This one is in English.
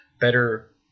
better